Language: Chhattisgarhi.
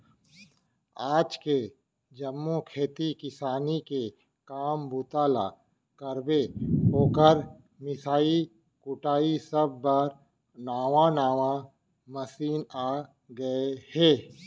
आज के जम्मो खेती किसानी के काम बूता ल कइबे, ओकर मिंसाई कुटई सब बर नावा नावा मसीन आ गए हे